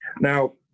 Now